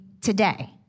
today